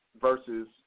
versus